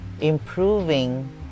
improving